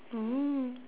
mm